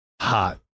hot